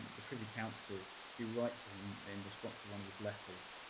the privy council who write to him in response to one of his letters.